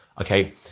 okay